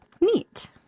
Neat